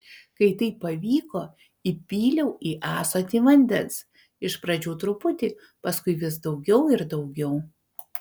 kai tai pavyko įpyliau į ąsotį vandens iš pradžių truputį paskui vis daugiau ir daugiau